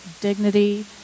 dignity